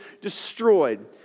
destroyed